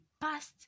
past